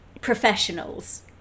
professionals